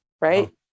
right